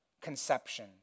conception